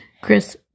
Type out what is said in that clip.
Chris